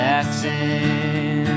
Jackson